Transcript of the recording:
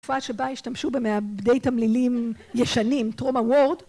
תקופה שבה השתמשו במעבדי תמלילים ישנים, טרום הוורד